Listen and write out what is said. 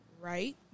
Right